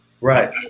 Right